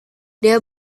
dia